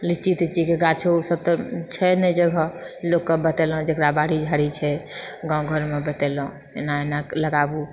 लीची तिचि कऽ गाछो ओ सभ तऽ छै नहि जगह लोकके बतेलहुँ जकरा बाड़ी झाड़ी छै गाँव घरमे बतेलहुँ एना एना लगाबू